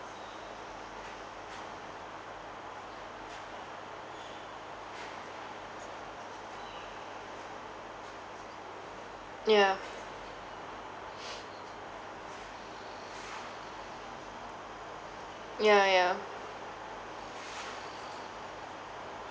ya ya ya